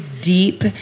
deep